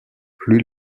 plus